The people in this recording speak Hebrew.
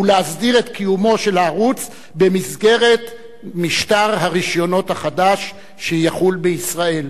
ולהסדיר את קיומו של הערוץ במסגרת משטר הרשיונות החדש שיחול בישראל,